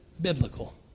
biblical